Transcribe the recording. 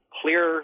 clear